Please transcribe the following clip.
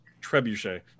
trebuchet